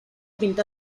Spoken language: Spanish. pintó